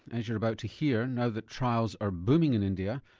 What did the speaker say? as you're about to hear, now that trials are booming in india,